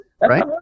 right